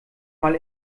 mal